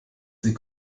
sie